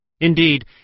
Indeed